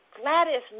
Gladys